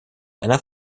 einer